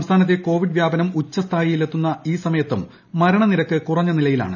സംസ്ഥാനത്തെ കോവിഡ് വ്യാപനം ഉച്ചസ്ഥായിയിൽ എത്തുന്ന ഇറ് സമയത്തും മരണനിരക്ക് കുറഞ്ഞ നിലയിലാണ്